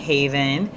Haven